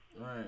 right